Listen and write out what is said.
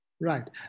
Right